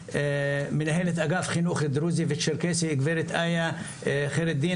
מנהלת אגף חינוך דרוזי וצ'רקסי גברת איה חיראדין,